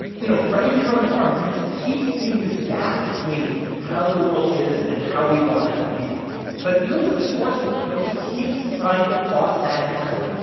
you know, right here on the farm, you just keep seeing this gap between how the world is and how we want it to be but will is resourceful. you know, he keeps trying to cross that gap.